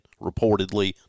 reportedly